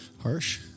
harsh